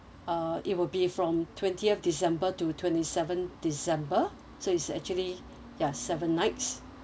uh it will be from twentieth december to twenty seven december so it's actually ya seven nights